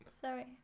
Sorry